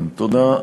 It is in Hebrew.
תודה.